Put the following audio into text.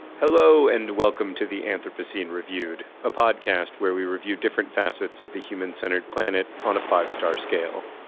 hello and welcome to the anthropocene reviewed, a podcast where we review different facets of the human-centered planet on a five-star scale.